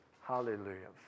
Hallelujah